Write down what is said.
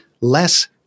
less